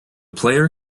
player